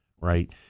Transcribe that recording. right